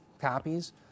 copies